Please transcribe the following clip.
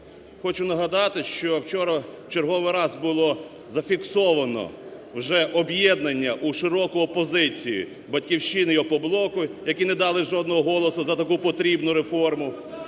Хочу нагадати, що вчора, в черговий раз, було зафіксовано вже об'єднання у широку опозицію "Батьківщини" і "Опоблоку", які не дали жодного голосу за таку потрібну реформу.